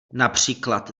například